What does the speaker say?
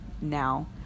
now